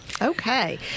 Okay